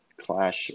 clash